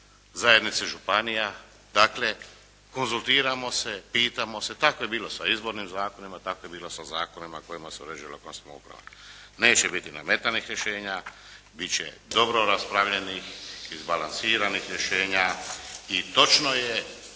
Zajednici županija, dakle konzultiramo se, pitamo se, tako je bilo sa izbornim zakonima, tako je bilo sa zakonima kojima se uređuje lokalna samouprava. Neće biti nametanih rješenja, biti će dobro raspravljanih, izbalansiranih rješenja i točno je